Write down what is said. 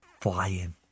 flying